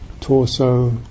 torso